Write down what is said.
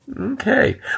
okay